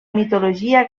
mitologia